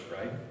right